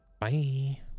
Bye